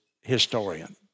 historian